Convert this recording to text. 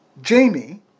Jamie